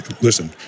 listen